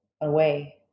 away